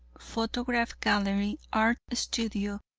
photograph gallery, art studio,